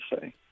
say